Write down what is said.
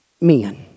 men